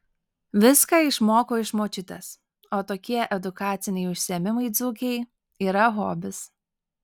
viską išmoko iš močiutės o tokie edukaciniai užsiėmimai dzūkei yra hobis